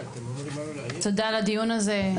תודה על הדיון הזה,